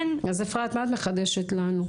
אז מה את מחדשת לנו ?